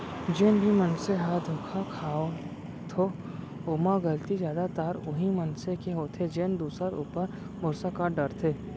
जेन भी मनसे ह धोखा खाथो ओमा गलती जादातर उहीं मनसे के होथे जेन दूसर ऊपर भरोसा कर डरथे